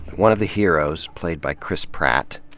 one of the heroes, played by chris pratt,